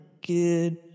good